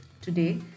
Today